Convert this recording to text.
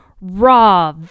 raw